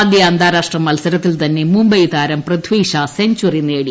ആദ്യ അന്താരാഷ്ട്ര മത്സരത്തിൽ തന്നെ മുംബൈ താരം പൃഥിഷാ സെഞ്ചറി നേടി